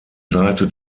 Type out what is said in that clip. seite